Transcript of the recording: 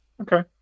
Okay